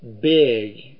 big